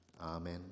Amen